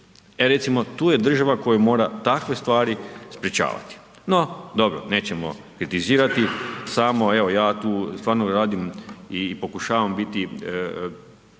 E recimo tu je država koja mora takve stvari sprječavati. No dobro, nećemo kritizirati, samo evo ja tu stvarno radim i pokušavam biti